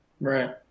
Right